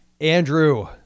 Andrew